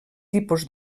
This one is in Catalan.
tipus